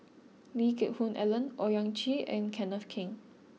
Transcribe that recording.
Lee Geck Hoon Ellen Owyang Chi and Kenneth Keng